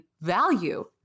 value